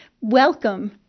welcome